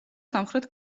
სამხრეთ